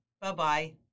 Bye-bye